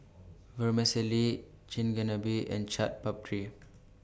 Vermicelli Chigenabe and Chaat Papri